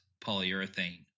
polyurethane